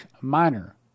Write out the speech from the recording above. minor